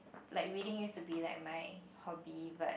like reading used to be like my hobby but